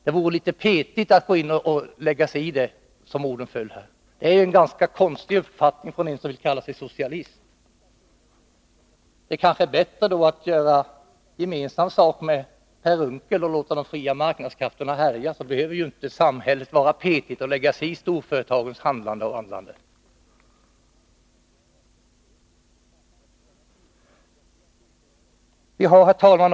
Det vore litet petigt — ja, det är en ganska konstig uppfattning hos en som vill kalla sig socialist. Kanske är det bättre att göra gemensam sak med Per Unckel och låta de fria marknadskrafterna härja. Då behöver samhället inte vara ”petigt” och lägga sig i storföretagens handlande och vandlande. Herr talman!